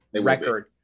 record